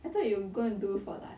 I thought you were going to do for like